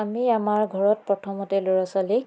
আমি আমাৰ ঘৰত প্ৰথমতে ল'ৰা ছোৱালীক